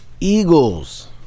Eagles